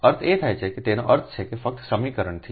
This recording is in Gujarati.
અર્થ એ થાય કે તેનો અર્થ છે ફક્ત સમીકરણથી